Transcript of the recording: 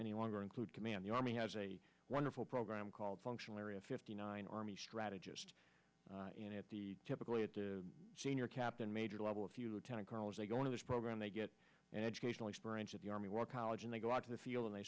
any longer include command the army has a wonderful program called functional area fifty nine army strategist at the typically at the senior captain major level if you attend college they go into this program they get an educational experience at the army war college and they go out to the field and they